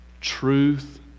truth